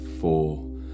four